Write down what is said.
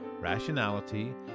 rationality